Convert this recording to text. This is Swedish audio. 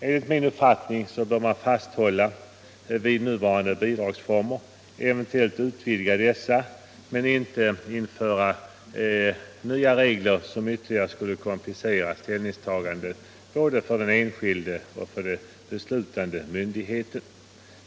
Enligt min uppfattning bör man hålla fast vid nuvarande bidragsformer, eventuellt utvidga dessa, men inte införa nya regler som ytterligare skulle komplicera ställningstagandet både för den enskilde och för den beslutande myndigheten.